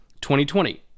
2020